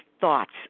thoughts